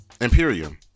Imperium